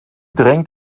drängt